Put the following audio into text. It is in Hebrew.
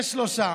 יהיו שלושה.